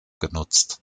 genutzt